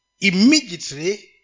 immediately